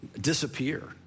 disappear